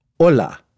Hola